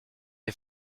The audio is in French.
est